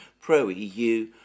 pro-eu